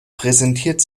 präsentiert